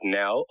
now